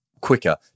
quicker